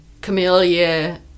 Camellia